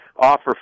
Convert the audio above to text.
offer